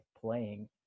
playing